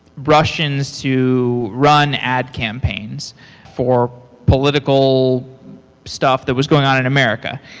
russians to run ad campaign so for political stuff that was going on in america.